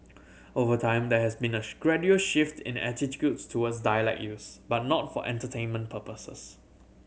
over time there has been a gradual shift in attitudes towards dialect use but not for entertainment purposes